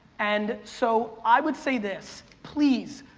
and so i would say this. please,